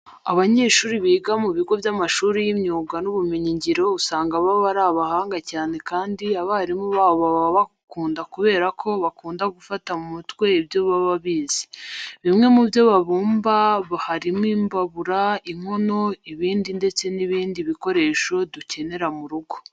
Abanyeshuri biga mu bigo by'amashuri y'imyuga n'ubumenyingiro usanga baba ari abahanga cyane kandi abarimu babo baba babakunda kubera ko bakunda gufata mu mutwe ibyo baba bize. Bimwe mu byo babumba harimo imbabura, inkono, ibibindi ndetse n'ibindi bikoresho dukenera mu rugo.